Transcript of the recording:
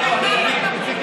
לא לא, תצעקי.